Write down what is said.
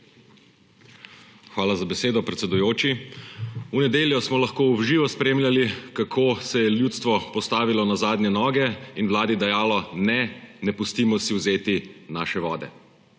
Hvala za besedo, predsedujoči. V nedeljo smo lahko v živo spremljali, kako se je ljudstvo postavilo na zadnje noge in Vladi dejalo: »Ne! Ne pustimo si vzeti naše vode!«